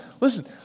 listen